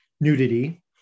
nudity